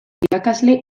irakasle